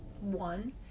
one